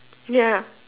ya